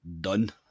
done